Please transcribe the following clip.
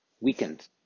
weakened